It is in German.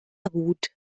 gut